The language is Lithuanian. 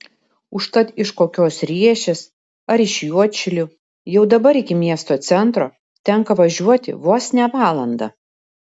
užtat iš kokios riešės ar iš juodšilių jau dabar iki miesto centro tenka važiuoti vos ne valandą